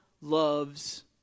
loves